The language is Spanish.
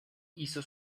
hizo